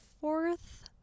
fourth